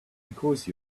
because